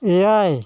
ᱮᱭᱟᱭ